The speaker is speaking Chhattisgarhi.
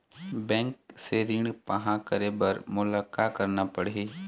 बैंक से ऋण पाहां करे बर मोला का करना पड़ही?